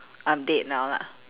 update now lah